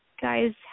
guys